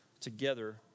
together